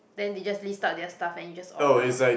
then they just list out their stuff and you just order